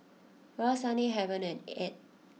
Roseanne Heaven and Edd